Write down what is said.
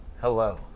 Hello